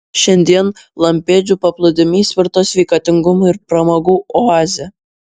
šiandien lampėdžių paplūdimys virto sveikatingumo ir pramogų oaze